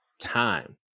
time